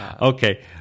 Okay